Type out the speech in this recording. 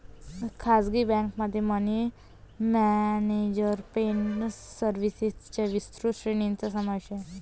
खासगी बँकेमध्ये money management सर्व्हिसेसच्या विस्तृत श्रेणीचा समावेश आहे